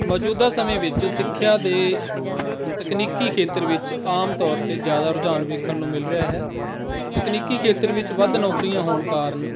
ਮੌਜੂਦਾ ਸਮੇਂ ਵਿੱਚ ਸਿੱਖਿਆ ਦੇ ਤਕਨੀਕੀ ਖੇਤਰ ਵਿੱਚ ਆਮ ਤੌਰ 'ਤੇ ਜ਼ਿਆਦਾ ਰੁਝਾਨ ਵੇਖਣ ਨੂੰ ਮਿਲ ਰਿਹਾ ਹੈ ਤਕਨੀਕੀ ਖੇਤਰ ਵਿੱਚ ਵੱਧ ਨੌਕਰੀਆਂ ਹੋਣ ਕਾਰਨ